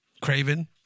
Craven